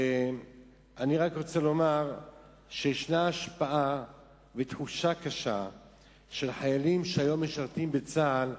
יש השפעה ותחושה קשה של חיילים שהיום משרתים בצה"ל,